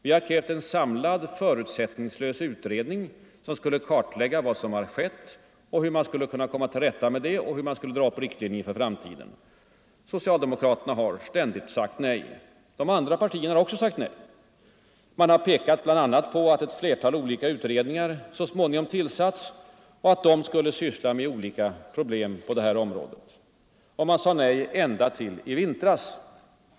Vi har krävt en samlad förutsättningslös utredning som skulle kartlägga vad som har skett, hur man skulle komma till rätta med problemen och hur man skulle dra upp riktlinjer för framtiden. Socialdemokraterna har ständigt sagt nej. De andra partierna har också sagt nej. Man har bl.a. pekat på ett flertal olika utredningar, som haft att syssla med skilda bostadspolitiska problem. Man sade nej ända tills i vintras.